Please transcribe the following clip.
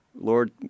Lord